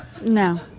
No